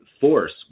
force